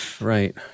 Right